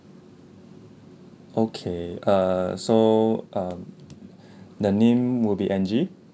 okay err so um the name will be angie